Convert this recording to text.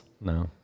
No